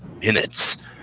minutes